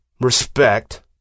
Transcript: respect